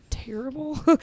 Terrible